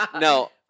no